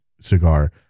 cigar